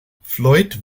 floyd